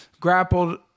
grappled